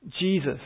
Jesus